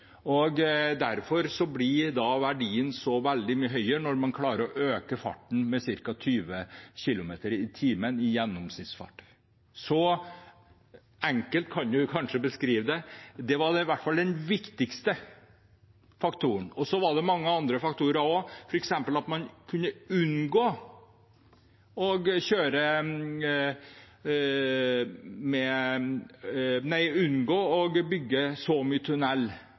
blir verdien så veldig mye høyere når man klarer å øke farten med ca. 20 km/t i gjennomsnittsfart. Så enkelt kan man kanskje beskrive det. Det var i hvert fall den viktigste faktoren. Så var det mange andre faktorer også, f.eks. at man kunne unngå